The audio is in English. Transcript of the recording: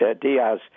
Diaz